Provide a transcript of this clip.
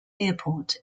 airport